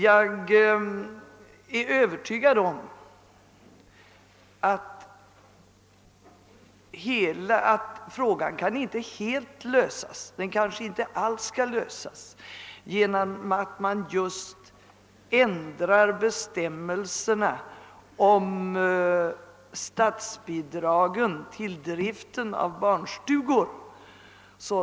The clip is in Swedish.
Jag är övertygad om att frågan inte helt kan lösas eller kanske inte alls kan lösas genom att man just ändrar bestämmelserna om statsbidragen till driften av barnstugor.